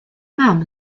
mam